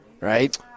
Right